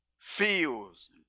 feels